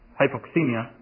hypoxemia